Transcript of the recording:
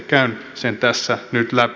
käyn sen tässä nyt läpi